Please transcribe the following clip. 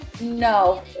no